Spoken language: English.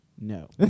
No